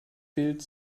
fehlt